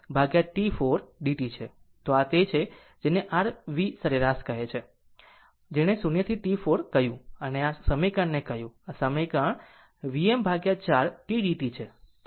તો આ તે છે જેને r V સરેરાશ કહે છે જેણે 0 થી T4 કહ્યું અને આ સમીકરણને કહ્યું આ સમીકરણે કહ્યું કે Vm 4 tdt છે